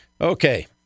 Okay